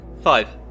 Five